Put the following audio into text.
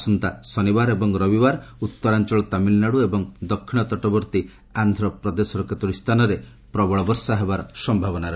ଆସନ୍ତା ଶନିବାର ଏବଂ ରବିବାର ଉତ୍ତରାଞ୍ଚଳ ତାମିଲନାଡ଼ୁ ଏବଂ ଦକ୍ଷିଣ ତଟବର୍ତ୍ତୀ ଆନ୍ଧ୍ରପ୍ରଦେଶର କେତୋଟି ସ୍ଥାନରେ ପ୍ରବଳରୁ ଅତି ପ୍ରବଳ ବର୍ଷା ହେବାର ସମ୍ଭାବନା ରହିଛି